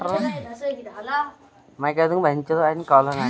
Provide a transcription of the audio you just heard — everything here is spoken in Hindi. क्या हम भी जनोपयोगी सेवा खोल सकते हैं?